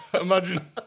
imagine